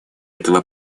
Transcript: этого